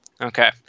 Okay